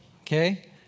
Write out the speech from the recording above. okay